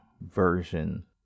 version